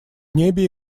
небе